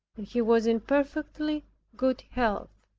and he was in perfectly good health.